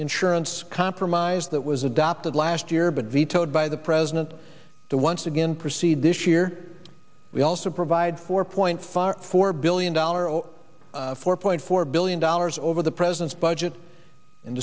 insurance compromise that was adopted last year but vetoed by the president once again proceed this year we also provide four point five four billion dollars four point four billion dollars over the president's budget